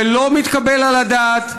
זה לא מתקבל על הדעת,